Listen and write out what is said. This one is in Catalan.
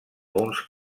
uns